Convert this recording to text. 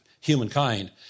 humankind